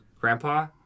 grandpa